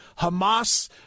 Hamas